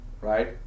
Right